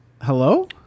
Hello